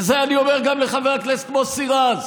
ואת זה אני אומר גם לחבר הכנסת מוסי רז.